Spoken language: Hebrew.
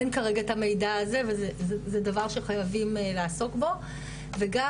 אין כרגע את המידע הזה וזה דבר שחייבים לעסוק בו וגם